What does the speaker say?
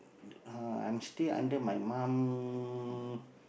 uh I'm still under my mum